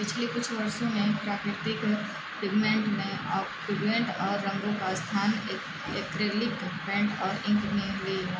पिछले कुछ वर्षों में प्राकृतिक पिग्मेंट में पिग्मेंट रंगों का स्थान ऐक्रेलिक पेंट और इंक ने ले लिया